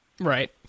Right